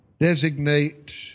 designate